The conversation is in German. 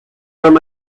nahm